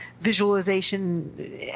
visualization